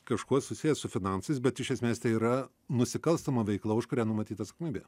kažkuo susiję su finansais bet iš esmės tai yra nusikalstama veikla už kurią numatyta atsakomybė